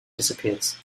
disappears